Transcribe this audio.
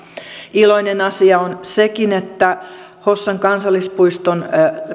iloinen asia on sekin että hossan kansallispuiston